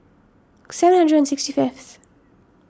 seven hundred and sixty fifth